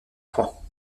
points